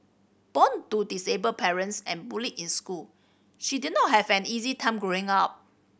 born to disabled parents and bullied in school she did not have an easy time growing up